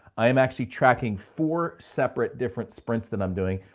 i am actually tracking four separate different sprints that i'm doing,